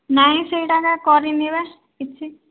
ନାଇଁ ସେଇଟା ଏକା କରିନି ବା କିଛି